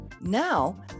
Now